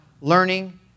learning